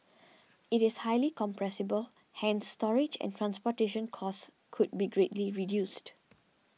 it is highly compressible hence storage and transportation costs could be greatly reduced